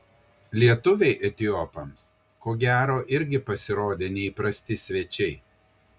lietuviai etiopams ko gero irgi pasirodė neįprasti svečiai